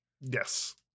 Yes